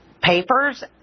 papers